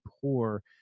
poor